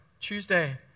Tuesday